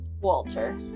Walter